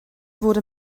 wurde